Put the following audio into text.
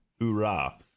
Hoorah